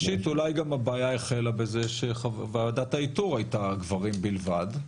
ראשית אולי הבעיה החלה גם בזה שוועדת האיתור היתה מורכבת מגברים בלבד.